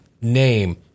name